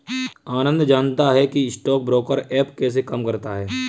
आनंद जानता है कि स्टॉक ब्रोकर ऐप कैसे काम करता है?